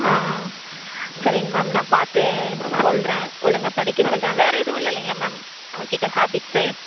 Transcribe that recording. ஆ சரிங் மேம் நான் பார்த்து சொல்கிறன் ஒழுங்கா படிக்க சொல்கிறன் வேறு எதுவும் இல்லைங்கள மேம் அவன் கிட்ட ஹபீட்ஸு